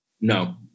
No